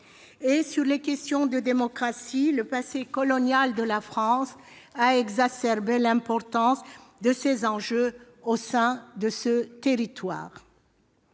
sur les questions de démocratie, le passé colonial de la France a exacerbé l'importance de ces enjeux au sein de ce territoire.